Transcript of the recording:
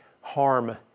harm